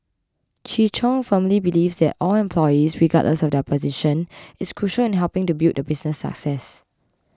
Chi Chung firmly believes that all employees regardless of their position is crucial in helping to build the business success